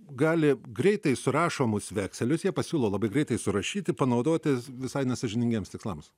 gali greitai surašomus vekselius jie pasiūlo labai greitai surašyti panaudoti visai nesąžiningiems tikslams